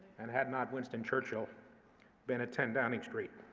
and had not winston churchill been at ten downing street.